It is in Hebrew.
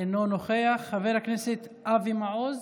אינו נוכח, חבר הכנסת אבי מעוז,